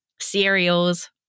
cereals